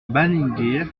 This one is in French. malingear